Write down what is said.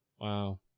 Wow